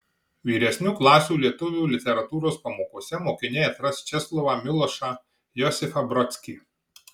vyresnių klasių lietuvių literatūros pamokose mokiniai atras česlovą milošą josifą brodskį